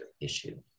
issue